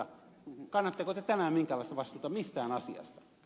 kannatteko te tänään minkäänlaista vastuuta mistään asiasta